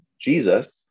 Jesus